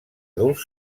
adults